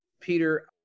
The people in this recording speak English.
Peter